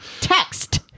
text